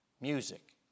music